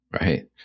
Right